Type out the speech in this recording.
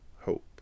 hope